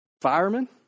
firemen